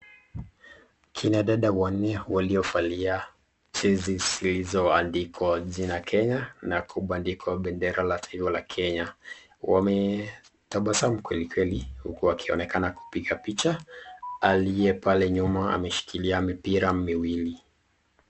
Kina dada wanne waliovalia jezi zilizoandikwa jina Kenya na kubandikwa bendera la taifa la Kenya, wametabasamu kweli kweli, wakionekana kupiga picha aliye pale nyuma ameshikilia mipira miwili.